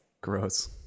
Gross